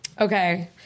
Okay